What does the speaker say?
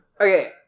Okay